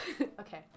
Okay